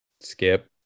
skip